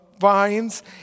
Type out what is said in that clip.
vines